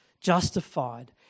justified